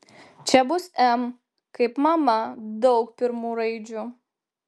čia bus m kaip mama daug pirmų raidžių